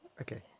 okay